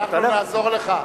אנחנו נעזור לך.